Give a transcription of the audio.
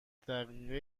دقیقه